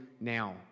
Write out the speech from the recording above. now